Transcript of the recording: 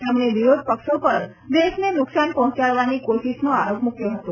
તેમણે વિરોધ પક્ષો પર દેશને નુકશાન પહોંચાડવાની કોશિશનો આરોપ મૂક્યો હતો